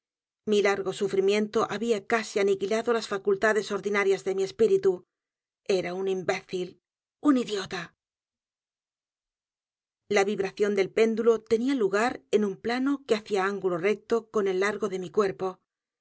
mi largo sufrimiento había casi aniquilado las facultades ordinarias de mi espíritu e r a un imbécil u n idiota la vibración del péndulo tenía lugar en un plano que hacía ángulo recto con el largo de mi cuerpo